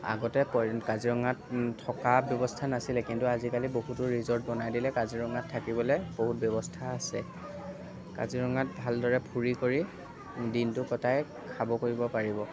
আগতে কাজিৰঙাত থকা ব্য়ৱস্থা নাছিলে কিন্তু আজিকালি বহুতো ৰিজ'ৰ্ট বনাই দিলে কাজিৰঙাত থাকিবলৈ বহুত ব্যৱস্থা আছে কাজিৰঙাত ভালদৰে ফুৰি কৰি দিনটো কটায়েই খাব কৰিব পাৰিব